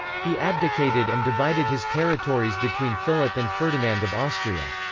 he abdicated and divided his territories between philip and ferdinand of austria.